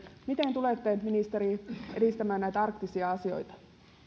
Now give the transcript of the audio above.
miten tulette ministeri edistämään näitä arktisia asioita